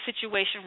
situation